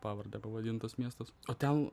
pavarde pavadintas miestas o ten